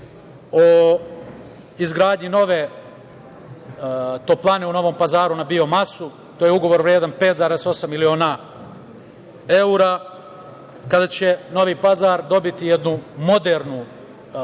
o izgradnji nove toplane u Novom Pazaru na biomasu. To je ugovor vredan 5,8 miliona evra, čime će Novi Pazar dobiti jednu modernu